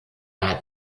hat